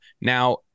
Now